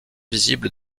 visible